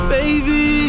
Baby